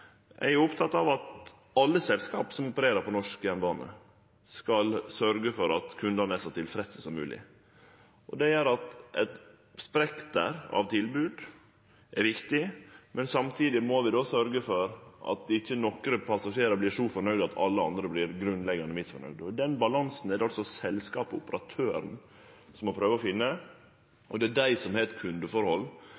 Eg er oppteken av at alle selskap som opererer på norsk jernbane, skal sørgje for at kundane er så tilfredse som mogeleg. Det gjer at eit spekter av tilbod er viktig, men samtidig må vi sørgje for at ikkje nokre passasjerar vert så nøgde at alle andre passasjerar vert grunnleggjande misnøgde. Den balansen må selskapet og operatøren prøve å finne, det er dei som har